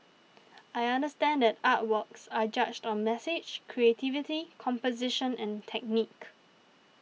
I understand that artworks are judged on message creativity composition and technique